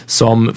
som